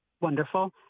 wonderful